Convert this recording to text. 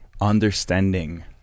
understanding